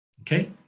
Okay